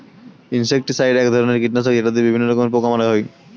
insecticide এক ধরনের কীটনাশক যেটা দিয়ে বিভিন্ন রকমের পোকা মারা হয়